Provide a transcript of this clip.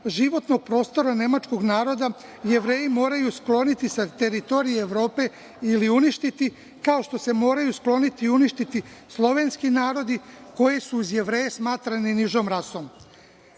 životnog prostora nemačkog naroda Jevreji moraju skloniti sa teritoriji Evrope ili uništiti, kao što se moraju skloniti i uništiti slovenski narodi koji su uz Jevreje smatrani nižom rasom. Tako